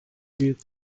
büyük